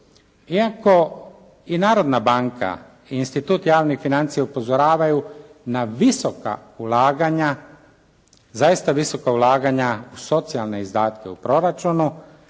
Iako i Narodna banka i Institut javnih financija upozoravaju na visoka ulaganja, zaista visoka ulaganja u socijalne izdatke u proračunu,